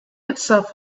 itself